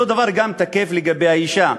אותו דבר תקף גם לגבי האישה.